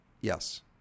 Yes